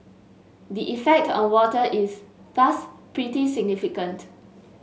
the effect on water is thus pretty significant